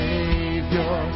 Savior